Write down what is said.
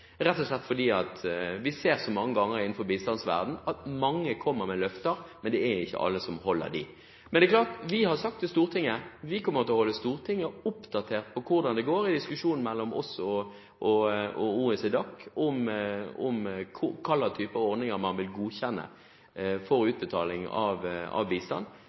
vi ser så mange ganger i bistandsverdenen at mange kommer med løfter, men det er ikke alle som holder løftene. Men det er klart: Vi har sagt til Stortinget at vi kommer til å holde Stortinget oppdatert på hvordan det går i diskusjonen mellom oss og OECD/DAC om hva slags typer ordninger man vil godkjenne for utbetaling av bistand.